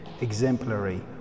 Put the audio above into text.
exemplary